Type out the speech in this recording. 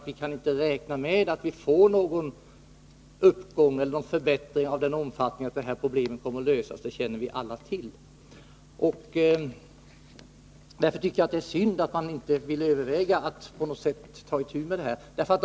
Vi kan inte räkna med någon sådan förbättring att problemen kommer att lösas; det känner vi alla till. Därför tycker jag att det är synd att man inte vill överväga att ta itu med den fråga som jag har aktualiserat.